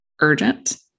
urgent